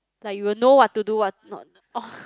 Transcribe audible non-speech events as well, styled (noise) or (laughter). like you will know what to do one not (noise)